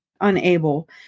unable